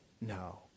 No